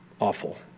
awful